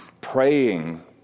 praying